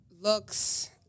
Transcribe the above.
looks